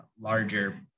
larger